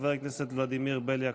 חבר הכנסת ולדימיר בליאק,